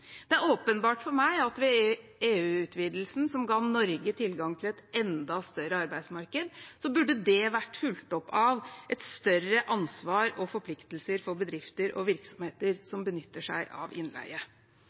Det er åpenbart for meg at ved EU-utvidelsen som ga Norge tilgang til et enda større arbeidsmarked, burde det vært fulgt opp av et større ansvar og forpliktelser for bedrifter og virksomheter